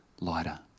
lighter